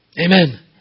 Amen